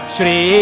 Shri